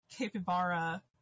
capybara